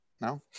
No